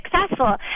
successful